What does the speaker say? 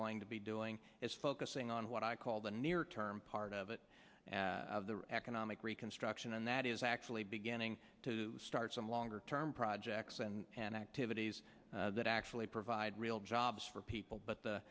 going to be doing is focusing on what i call the near term part of it of the economic reconstruction and that is actually beginning to start some longer term projects and activities that actually provide real jobs for people but the